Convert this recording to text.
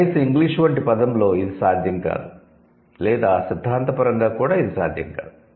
కనీసం 'ఇంగ్లీష్' వంటి పదంలో ఇది సాధ్యం కాదు లేదా సిద్ధాంతపరంగా కూడా ఇది సాధ్యం కాదు